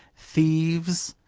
thieves,